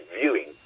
viewing